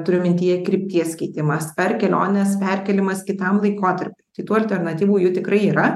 turiu mintyje krypties keitimas ar kelionės perkėlimas kitam laikotarpiui kitų alternatyvų jų tikrai yra